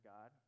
God